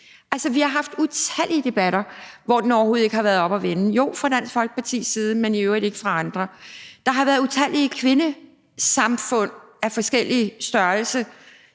Altså, vi har haft utallige debatter, hvor det overhovedet ikke har været oppe at vende. Jo, fra Dansk Folkepartis side, men i øvrigt ikke fra andres side. Der har været utallige kvindesamfund af forskellig størrelse,